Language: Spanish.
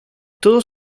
todos